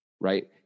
right